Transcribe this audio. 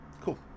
Cool